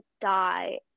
die